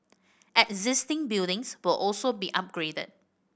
existing buildings will also be upgraded